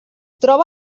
troba